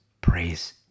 praise